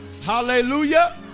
Hallelujah